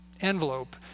envelope